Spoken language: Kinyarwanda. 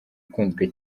ukunzwe